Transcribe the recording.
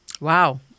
Wow